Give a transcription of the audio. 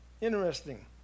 Interesting